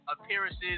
appearances